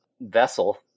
vessel